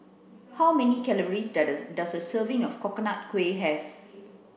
how many calories does the does a serving of coconut kuih have